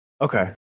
Okay